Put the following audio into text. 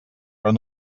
però